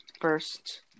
first